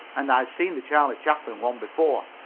and i'd seen the charlie chaplin one before.